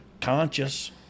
conscious